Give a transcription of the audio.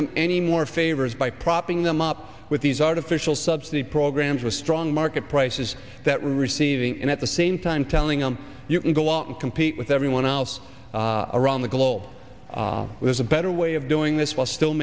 them any more favors by propping them up with these artificial subsidy programs with strong market prices that receiving and at the same time telling them you can go out and compete with everyone else around the globe there's a better way of doing this while still